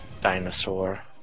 dinosaur